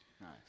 nice